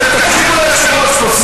אתם תקשיבו ליושב-ראש פה.